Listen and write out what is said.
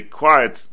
quiet